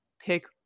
pick